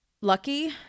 lucky